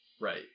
Right